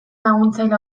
laguntzaile